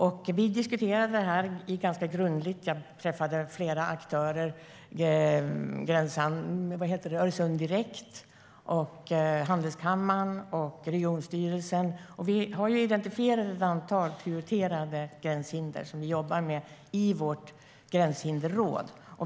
Vi diskuterade frågorna grundligt vid mötet. Jag träffade flera aktörer - Øresunddirekt, handelskammaren och regionstyrelsen. Vi har identifierat ett antal prioriterade gränshinder som vi jobbar med i vårt gränshinderråd.